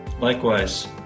likewise